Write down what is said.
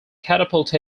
catapult